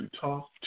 talk